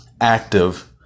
active